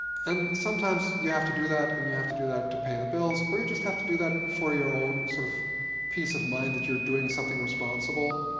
and sometimes you have to do that, and you have to do that to pay the bills. or you just have to do that for your own sort of piece of mind that you're doing something responsible.